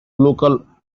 local